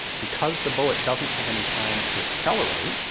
because the bullet doesn't have any time to accelerate,